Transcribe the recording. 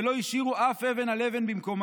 ולא השאירו אף אבן במקומה?